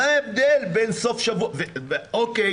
מה ההבדל בין סוף שבוע אוקיי,